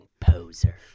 poser